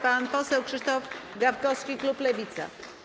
Pan poseł Krzysztof Gawkowski, klub Lewica.